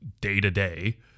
day-to-day –